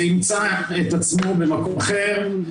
זה ימצא את עצמו במקום אחר,